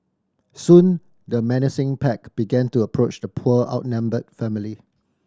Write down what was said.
soon the menacing pack began to approach the poor outnumbered family